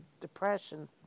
depression